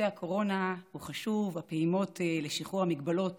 חשוב, והפעימות לשחרור ההגבלות